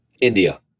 India